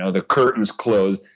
ah the curtain's closed.